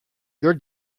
your